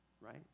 right